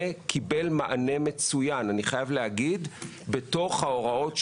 חייב להגיד שזה קיבל מענה מצוין בתוך ההוראות.